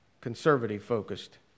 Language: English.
conservative-focused